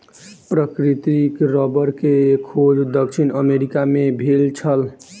प्राकृतिक रबड़ के खोज दक्षिण अमेरिका मे भेल छल